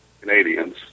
Canadians